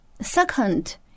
Second